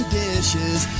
dishes